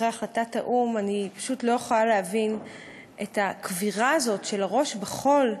אחרי החלטת האו"ם אני פשוט לא יכולה להבין את הקבירה הזאת של הראש בחול.